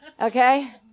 Okay